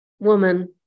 Woman